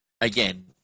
Again